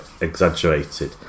exaggerated